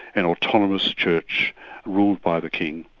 an autonomous church ruled by the king.